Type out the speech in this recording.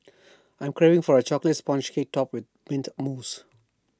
I'm craving for A Chocolate Sponge Cake Topped with Mint Mousse